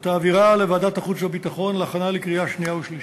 ותעבירה לוועדת החוץ והביטחון להכנה לקריאה שנייה ושלישית.